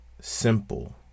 simple